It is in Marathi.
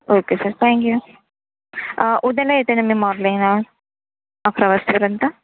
ओ के सर थँक्यू उद्याला येते न मी मॉर्निंगला अकरा वास्तेपर्यंत